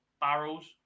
barrels